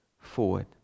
forward